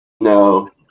No